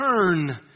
turn